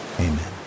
amen